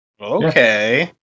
Okay